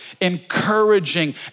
encouraging